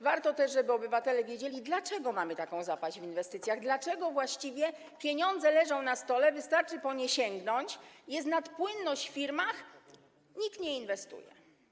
Warto też, żeby obywatele wiedzieli, dlaczego mamy taką zapaść w inwestycjach, dlaczego właściwie pieniądze leżą na stole, wystarczy po nie sięgnąć, jest nadpłynność w firmach, a nikt nie inwestuje.